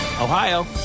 Ohio